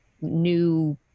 new